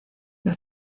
los